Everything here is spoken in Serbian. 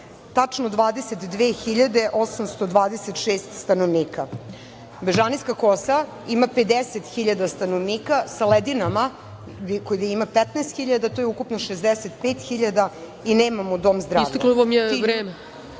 tačno 22.826 stanovnika. Bežanijska kosa ima 50.000 stanovnika, sa Ledinama koje ima 15.000, to je ukupno 65.000 i nemamo dom zdravlja. Ti ljudi nemaju